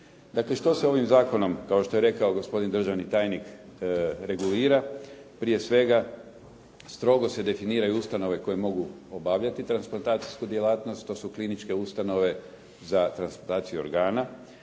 Dakle, što se ovim zakonom kao što je rekao gospodin državni tajnik regulira. Prije svega, strogo se definiraju ustanove koje mogu obavljati transplantacijsku djelatnost, to su kliničke ustanove za transplantaciju organa